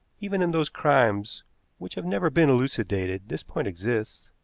even in those crimes which have never been elucidated this point exists,